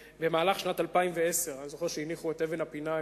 במהלך שנת 2010. אני זוכר שהניחו את אבן הפינה,